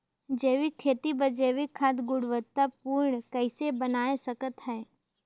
जैविक खेती बर जैविक खाद गुणवत्ता पूर्ण कइसे बनाय सकत हैं?